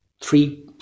three